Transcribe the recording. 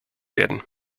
werden